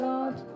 Lord